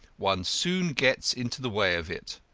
one soon gets into the way of it.